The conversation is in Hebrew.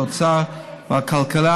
האוצר והכלכלה.